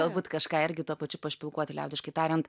galbūt kažką irgi tuo pačiu pašpilkuoti liaudiškai tariant